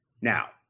Now